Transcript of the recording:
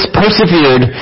persevered